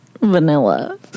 Vanilla